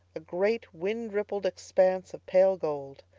a great, windrippled expanse of pale gold.